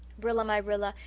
rilla-my-rilla,